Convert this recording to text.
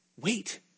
Wait